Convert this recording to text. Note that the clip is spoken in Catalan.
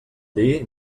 dir